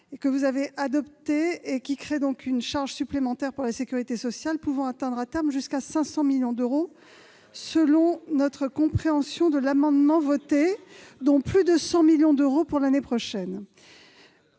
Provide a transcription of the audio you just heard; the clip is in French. de pompiers volontaires, créant une charge supplémentaire pour la sécurité sociale pouvant atteindre jusqu'à 500 millions d'euros à terme, selon notre compréhension de l'amendement adopté, dont plus de 100 millions d'euros pour l'année prochaine.